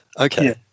Okay